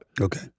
Okay